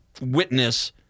witness